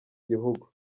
gihugu